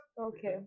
okay